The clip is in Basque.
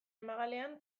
magalean